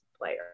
player